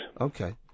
Okay